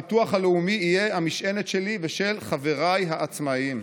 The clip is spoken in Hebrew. הביטוח הלאומי יהיה המשענת שלי ושל חבריי העצמאים,